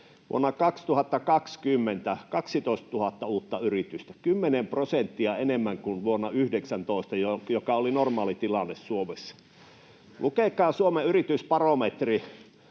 Vuonna 2020 oli 12 000 uutta yritystä, 10 prosenttia enemmän kuin vuonna 19, jolloin oli normaali tilanne Suomessa. Lukekaa Suomen yritysbarometri: